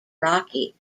rocky